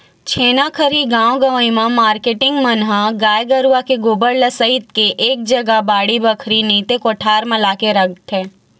छेना खरही गाँव गंवई म मारकेटिंग मन ह गाय गरुवा के गोबर ल सइत के एक जगा बाड़ी बखरी नइते कोठार म लाके रखथे